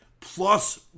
plus